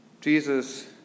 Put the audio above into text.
Jesus